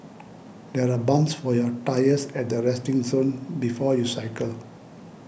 there are pumps for your tyres at the resting zone before you cycle